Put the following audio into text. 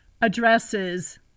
addresses